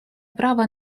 права